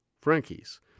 Frankie's